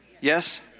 Yes